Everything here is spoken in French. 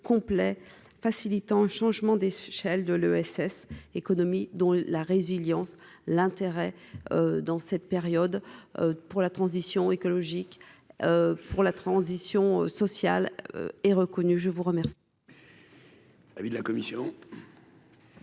complet facilitant le changement d'échelle de l'ESS. économie dont la résilience l'intérêt dans cette période pour la transition écologique pour la transition sociale et reconnu, je vous remercie.